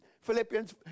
Philippians